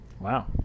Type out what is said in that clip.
Wow